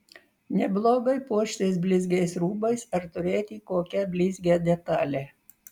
neblogai puoštis blizgiais rūbais ar turėti kokią blizgią detalę